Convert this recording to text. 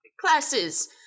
classes